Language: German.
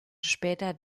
später